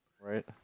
right